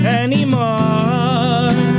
anymore